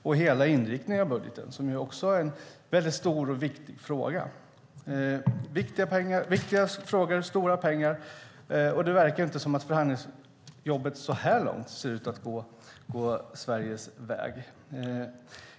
Vi har hela inriktningen av budgeten som också är en väldigt stor och viktig fråga. Det är viktiga frågor och stora pengar, och det verkar inte som om förhandlingsjobbet så här långt går Sveriges väg.